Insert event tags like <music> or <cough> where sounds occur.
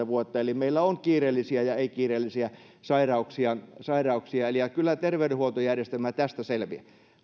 <unintelligible> vuotta eli meillä on kiireellisiä ja ei kiireellisiä sairauksia sairauksia kyllä terveydenhuoltojärjestelmä tästä selviää